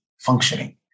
functioning